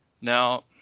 Now